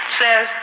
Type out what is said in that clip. says